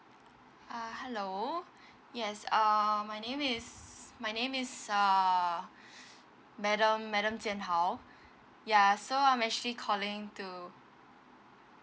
uh hello yes err my name is my name is err madam madam jianhao ya so I'm actually calling to